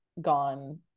gone